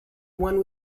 one